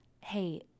hey